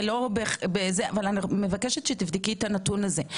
אני מבקשת שתבדקי את הנתון הזה.